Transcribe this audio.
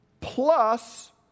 plus